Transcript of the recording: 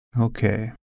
Okay